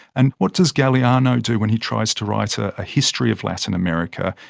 and what does galeano do, when he tries to write a ah history of latin america?